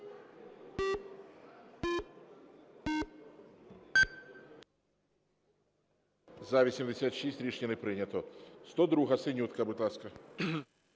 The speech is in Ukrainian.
За-86 Рішення не прийнято. 102-а, Синютка. Будь ласка.